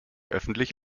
öffentlich